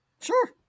Sure